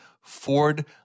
Ford